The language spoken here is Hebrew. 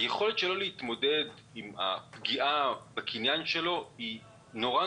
היכולת שלו להתמודד עם הפגיעה בקניין שלו היא פשוטה מאוד,